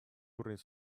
уровень